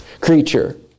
Creature